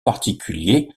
particulier